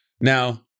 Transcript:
Now